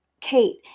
Kate